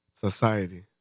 society